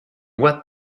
what